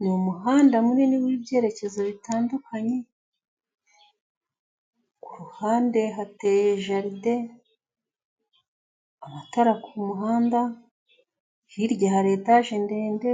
Ni umuhanda munini w'ibyerekezo bitandukanye, ku ruhande hateye jardin, amatara ku muhanda hirya hari etage ndende,